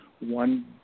one